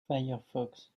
firefox